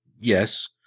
Yes